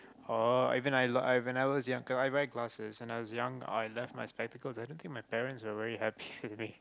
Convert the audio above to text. oh even I when I was younger I wear glasses and I was young I left my spectacles i don't think my parents were very happy with me